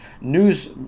News